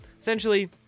essentially